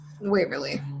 Waverly